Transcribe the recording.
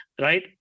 right